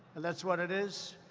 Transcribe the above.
that's what it is.